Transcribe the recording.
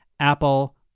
Apple